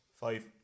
Five